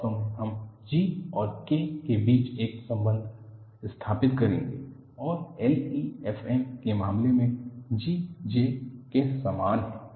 वास्तव में हम G और K के बीच एक आपसी संबंध स्थापित करेंगे और LEFM के मामले में G J के समान है